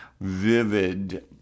vivid